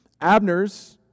Abner's